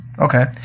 Okay